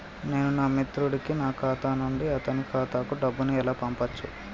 నేను నా మిత్రుడి కి నా ఖాతా నుండి అతని ఖాతా కు డబ్బు ను ఎలా పంపచ్చు?